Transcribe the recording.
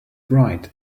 right